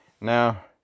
Now